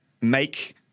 make